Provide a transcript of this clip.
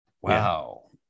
Wow